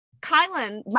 Kylan